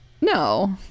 No